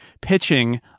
pitching